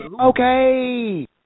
Okay